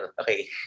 Okay